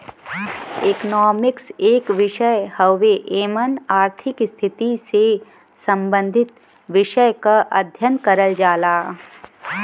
economics एक विषय हउवे एमन आर्थिक स्थिति से सम्बंधित विषय क अध्ययन करल जाला